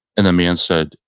and the man said,